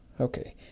okay